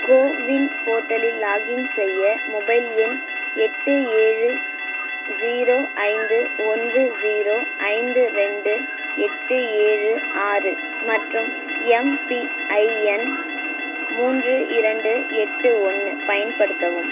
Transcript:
CoWIN போர்ட்டலில் login செய்ய mobile எண் எட்டு ஏழு ஸீரோ ஐந்து ஒன்று ஸீரோ ஐந்து ரெண்டு எட்டு ஏழு ஆறு மற்றும் எம்பிஐஎன் மூன்று இரண்டு எட்டு ஒன்று பயன்படுத்தவும்